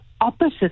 opposite